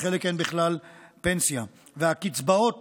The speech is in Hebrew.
לחלק אין בכלל פנסיה, והקצבאות